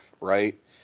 right